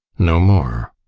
no more.